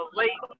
late